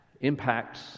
impacts